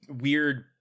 weird